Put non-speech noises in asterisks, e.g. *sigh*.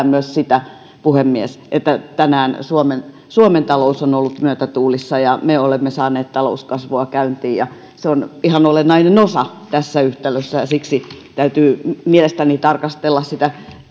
*unintelligible* myös sitä puhemies että tänään suomen suomen talous on on ollut myötätuulissa ja me olemme saaneet talouskasvua käyntiin se on ihan olennainen osa tässä yhtälössä ja siksi sitä täytyy mielestäni tarkastella